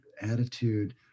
attitude